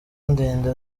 ndende